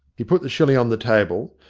he put the shilling on the table,